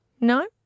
No